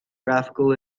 graphical